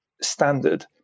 standard